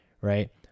right